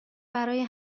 برای